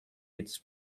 its